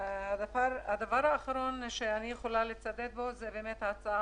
הדבר האחרון שאני יכולה לצדד בו זה ההצעה